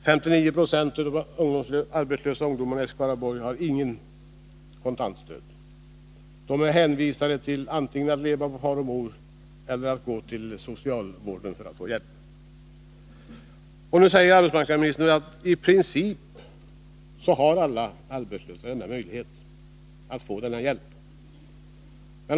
59 90 av de arbetslösa ungdomarna i Skaraborgs län har inget kontant stöd. De är hänvisade till att antingen leva på far och mor eller gå till socialvården för att få hjälp. Nu säger arbetsmarknadsministern i sitt svar att alla arbetslösa i princip har möjlighet att få kontant stöd.